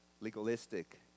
legalistic